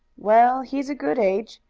well, he's a good age.